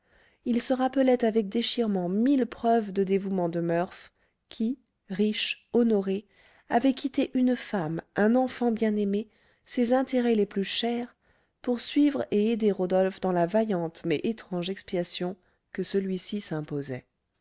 il se rappelait avec déchirement mille preuves de dévouement de murph qui riche honoré avait quitté une femme un enfant bien-aimé ses intérêts les plus chers pour suivre et aider rodolphe dans la vaillante mais étrange expiation que celui-ci s'imposait